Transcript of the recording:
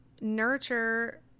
Nurture